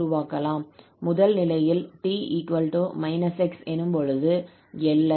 முதல் நிலையில் 𝑡 −𝑥 எனும்பொழுது எல்லை −∞ முதல் 0 ஆக மாறும்